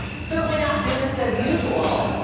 certainly not business as usual.